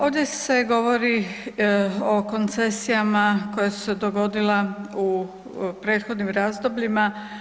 Ovdje se govori o koncesijama koje su se dogodila u prethodnim razdobljima.